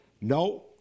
no